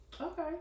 Okay